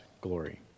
glory